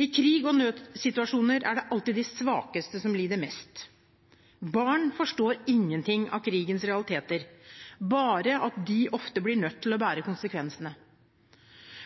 I krig og i nødsituasjoner er det alltid de svakeste som lider mest – barn forstår ingenting av krigens realiteter, bare at de ofte blir nødt til å bære konsekvensene.